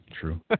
true